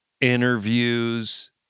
interviews